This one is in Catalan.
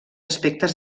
aspectes